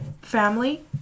family